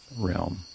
realm